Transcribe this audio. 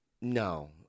No